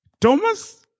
Thomas